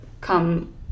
come